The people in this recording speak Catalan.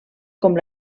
com